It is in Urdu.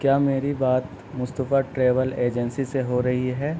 کیا میری بات مصطفیٰ ٹریول ایجنسی سے ہو رہی ہے